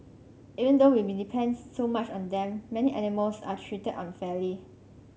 even though we depend so much on them many animals are treated unfairly